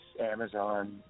Amazon